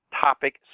Topic